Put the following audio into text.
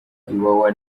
iwawa